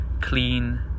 clean